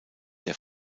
der